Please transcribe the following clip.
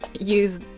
Use